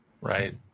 right